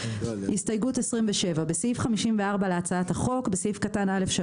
הסתייגות 27. בסעיף 54 להצעת החוק בסעיף קטן (א3)